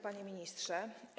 Panie Ministrze!